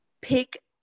pick